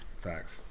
facts